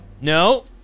No